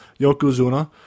Yokozuna